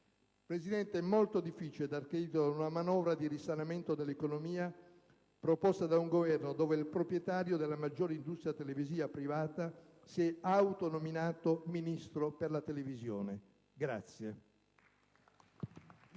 Presidente, è molto difficile dare credito a una manovra di risanamento dell'economia proposta da un Governo nel quale il proprietario della maggiore industria televisiva privata si è autonominato Ministro per la televisione.